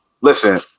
listen